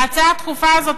ההצעה הדחופה הזאת,